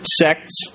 sects